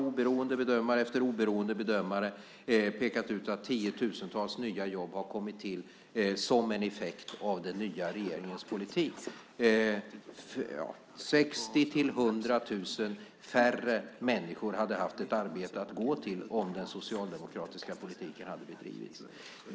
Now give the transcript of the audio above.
Oberoende bedömare har pekat ut att tiotusentals nya jobb har kommit till som en effekt av den nya regeringens politik. 60 000-100 000 färre människor hade haft ett arbete att gå till om den socialdemokratiska politiken hade bedrivits.